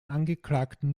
angeklagten